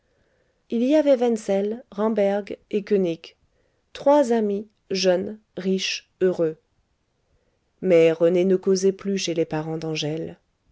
il y avait wenzel hamberg et koenig trois amis jeunes riches heureux mais rené ne causait plus chez les parents d'angèle